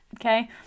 Okay